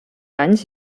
anys